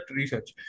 research